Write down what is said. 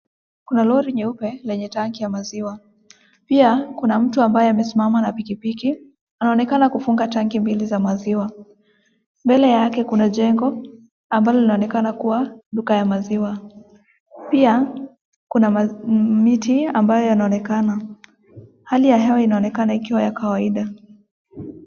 Kuna lorri nyeupe yenye tanki ya maziwa, pia kuna mtu ambaye amesimama na pikipiki anaonekana kufunga tanki mbili za maziwa. Mbele yake kuna jengo linaloonekana kuwa ni duka ya maziwa, pia kuna miti ambayo yanaonekana. Hali ya hewa linonekana ikiwa ya kawaida.